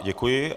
Děkuji.